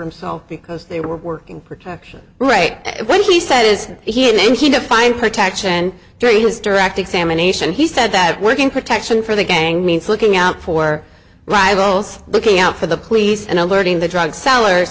so because they were working protection right when he said is he a name he defined protection during his direct examination he said that working protection for the gang means looking out for rivals looking out for the police and alerting the drug s